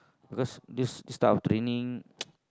because this this type of training